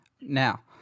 Now